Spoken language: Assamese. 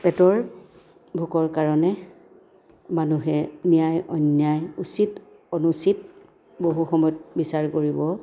পেটৰ ভোকৰ কাৰণে মানুহে ন্যায় অন্যায় উচিত অনুচিত বহু সময়ত বিচাৰ কৰিব